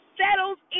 settles